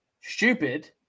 stupid